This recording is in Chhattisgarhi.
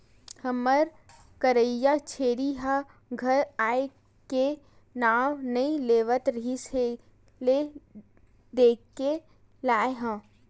हमर करिया छेरी ह घर आए के नांव नइ लेवत रिहिस हे ले देके लाय हँव